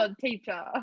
teacher